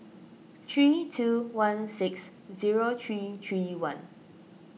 three two one six zero three three one